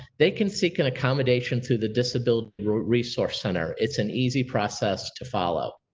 they can seek an accommodation through the disability resource center. it's an easy process to follow.